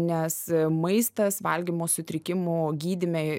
nes maistas valgymo sutrikimų gydyme